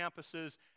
campuses